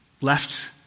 left